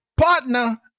partner